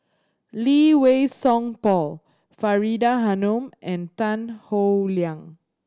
Lee Wei Song Paul Faridah Hanum and Tan Howe Liang